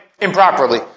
improperly